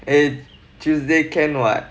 eh tuesday can [what]